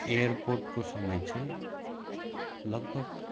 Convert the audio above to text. एयरपोर्टको समय चाहिँ लगभग